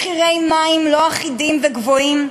מחירי מים לא אחידים וגבוהים,